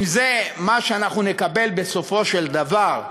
אם זה מה שאנחנו נקבל בסופו של דבר.